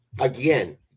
again